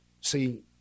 see